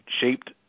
shaped